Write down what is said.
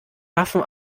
waffen